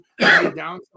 down